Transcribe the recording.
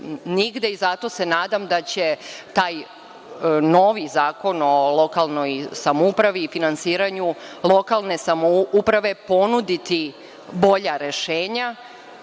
nigde. Zato se nadam da će taj novi zakon o lokalnoj samoupravi i finansiranju lokalne samouprave ponuditi bolja rešenja.